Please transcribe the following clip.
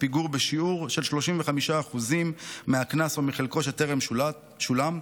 פיגור בשיעור של 35% מהקנס או מחלקו שטרם שולם,